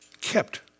kept